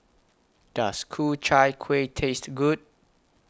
Does Ku Chai Kuih Taste Good